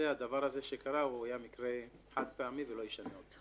הדבר הזה שקרה הוא היה מקרה חד פעמי ולא יישנה עוד.